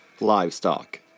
Livestock